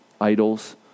idols